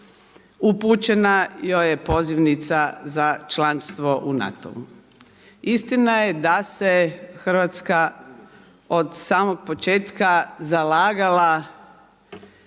upućena joj je pozivnica za članstvo u NATO-u. Istina je da se Hrvatska od samog početka zalagala